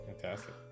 fantastic